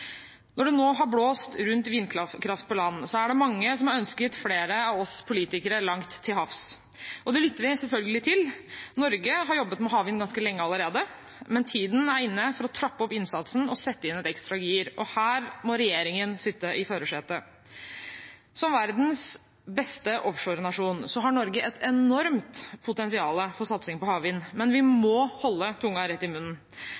Når det nå har blåst rundt vindkraft på land, er det mange som har ønsket flere av oss politikere langt til havs. Det lytter vi selvfølgelig til. Norge har jobbet med havvind ganske lenge allerede, men tiden er inne for å trappe opp innsatsen og sette inn et ekstra gir, og her må regjeringen sitte i førersetet. Som verdens beste offshorenasjon har Norge et enormt potensial for satsing på havvind, men vi må holde tunga rett i munnen.